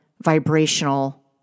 vibrational